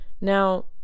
Now